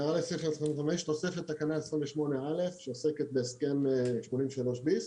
הערה לסעיף 25. תוספת תקנה 28(א) שעוסקת בהסכם 83 ביסט.